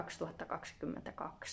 2022